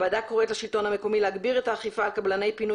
הוועדה קוראת לשלטון המקומי להגביר את האכיפה על קבלני פינוי